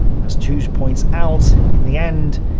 as tooze points out, in the end,